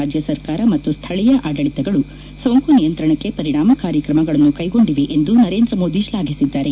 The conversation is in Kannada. ರಾಜ್ಯ ಸರ್ಕಾರ ಮತ್ತು ಸ್ಥಳೀಯ ಆಡಳಿತಗಳು ಸೋಂಕು ನಿಯಂತ್ರಣಕ್ಕೆ ಪರಿಣಾಮಕಾರಿ ಕ್ರಮಗಳನ್ನು ಕೈಗೊಂಡಿವೆ ಎಂದು ನರೇಂದ್ರ ಮೋದಿ ಶ್ಲಾಘಿಸಿದ್ದಾರೆ